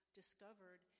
discovered